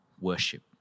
worship